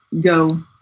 go